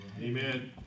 Amen